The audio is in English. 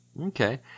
Okay